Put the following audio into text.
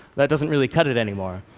that doesn't really cut it anymore.